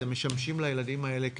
אתם משמשים לילדים האלה כפה,